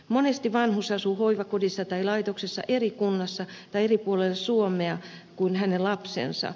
monesti vanhus asuu hoivakodissa tai laitoksessa eri kunnassa tai eri puolilla suomea kuin hänen lapsensa